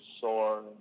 sore